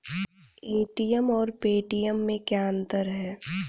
ATM और Paytm में क्या अंतर है?